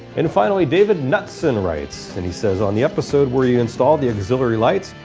and finally david knutson writes and he says on the episode where you installed the auxilliary lights,